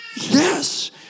yes